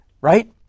right